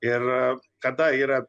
ir kada yra